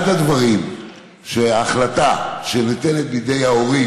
אחד הדברים הוא שההחלטה שניתנת בידי ההורים,